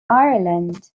ireland